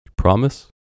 Promise